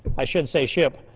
i shouldn't say ship.